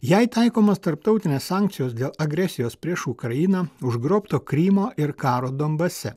jai taikomos tarptautinės sankcijos dėl agresijos prieš ukrainą užgrobto krymo ir karo donbase